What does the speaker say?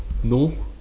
no